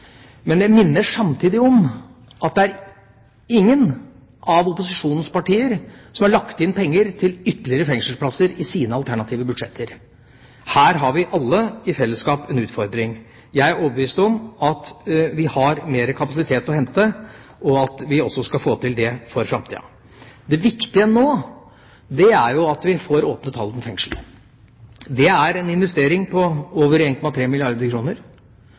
Men jeg minner samtidig om at det er ingen av opposisjonens partier som har lagt inn penger til ytterligere fengselsplasser i sine alternative budsjetter. Her har vi alle i felleskap en utfordring. Jeg er overbevist om at vi har mer kapasitet å hente, og at vi også skal få til det for framtida. Det viktige nå er at vi får åpnet Halden fengsel. Det er en investering på over 1,3 milliarder